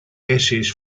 essays